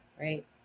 right